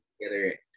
together